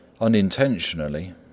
Unintentionally